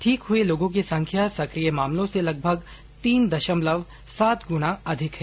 ठीक हुए लोगों की संख्या सकिय मामलों से लगभग तीन दशमलव सात गुना अधिक है